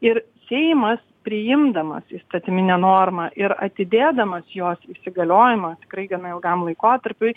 ir seimas priimdamas įstatyminę normą ir atidėdamas jos įsigaliojimą tikrai gana ilgam laikotarpiui